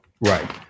Right